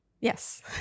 Yes